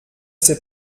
sait